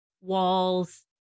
walls